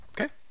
Okay